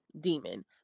demon